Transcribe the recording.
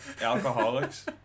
alcoholics